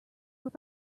were